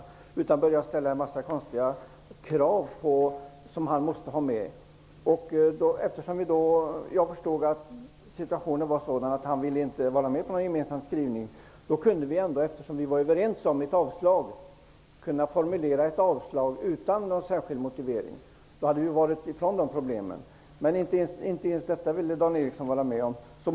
I stället började han ställa en massa konstiga krav som skulle vara med. Jag förstod att Dan Eriksson inte ville vara med på en gemensam skrivning. Men eftersom vi var överens om att yrka avslag hade vi väl kunnat formulera en sådan skrivning utan någon särskild motivering. Då hade vi sluppit problemen i det avseendet. Inte ens detta ville Dan Eriksson vara med på.